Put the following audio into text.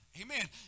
Amen